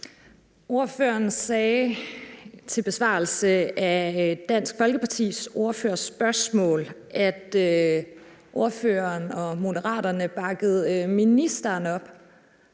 Ordføreren sagde som besvarelse af Dansk Folkepartis ordførers spørgsmål, at ordføreren og Moderaterne bakkede ministeren op.